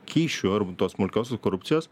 kyšių arba tos smulkiosios korupcijos